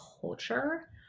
culture